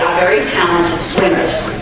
very talented swimmers